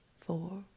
four